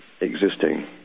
existing